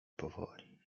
powoli